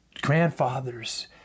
grandfathers